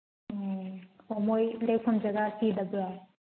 ꯎꯝ ꯑꯣ ꯃꯣꯏ ꯂꯦꯛꯐꯝ ꯖꯒꯥ ꯄꯤꯗꯕ꯭ꯔꯣ